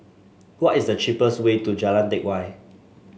what is the cheapest way to Jalan Teck Whye